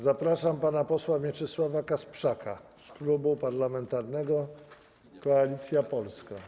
Zapraszam pana posła Mieczysława Kasprzaka z Klubu Parlamentarnego Koalicja Polska.